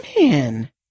Man